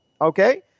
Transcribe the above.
okay